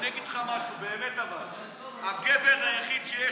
אני אגיד לך משהו, באמת, אבל: הגבר היחיד שיש